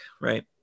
right